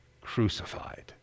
crucified